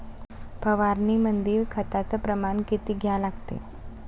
फवारनीमंदी खताचं प्रमान किती घ्या लागते?